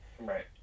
right